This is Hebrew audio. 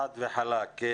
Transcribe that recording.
חד וחלק.